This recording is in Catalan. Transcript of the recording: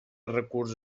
recurs